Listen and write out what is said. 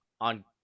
on